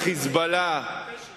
אני מבקש את זכות התשובה.